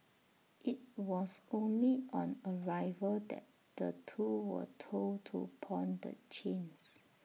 IT was only on arrival that the two were told to pawn the chains